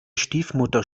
stiefmutter